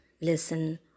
listen